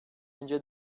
önce